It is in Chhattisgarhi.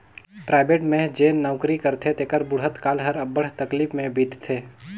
पराइबेट में जेन नउकरी करथे तेकर बुढ़त काल हर अब्बड़ तकलीफ में बीतथे